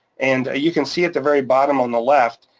and you can see at the very bottom on the left,